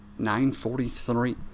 9:43